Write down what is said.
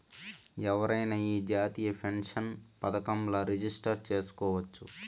ఎవరైనా ఈ జాతీయ పెన్సన్ పదకంల రిజిస్టర్ చేసుకోవచ్చట